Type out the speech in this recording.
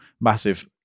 massive